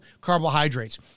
carbohydrates